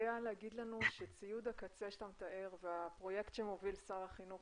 להגיד לנו שציוד הקצה שאתה מתאר והפרויקט שמוביל שר החינוך,